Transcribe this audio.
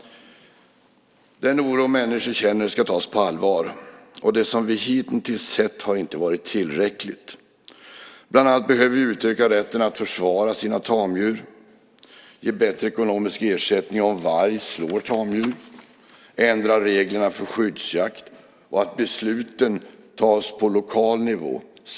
Den oro människor känner ska tas på allvar. Det vi hittills har sett har inte varit tillräckligt. Bland annat behöver vi utöka rätten att försvara sina tamdjur, ge bättre ekonomisk ersättning om varg slår tamdjur, ändra reglerna för skyddsjakt och se till att besluten ska tas på lokal nivå.